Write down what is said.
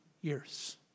years